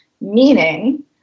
meaning